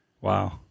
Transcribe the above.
Wow